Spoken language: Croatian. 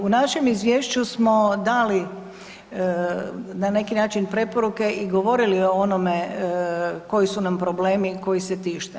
U našem izvješću smo dali na neki način preporuke i govorili o onome koji su nam problemi koji se tište.